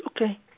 Okay